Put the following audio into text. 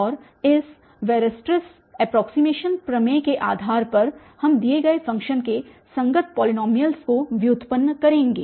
और इस Weierstrass approximation प्रमेय के आधार पर हम दिए गए फ़ंक्शन के संगत पॉलीनोमीयल्स को व्युत्पन्न करेंगे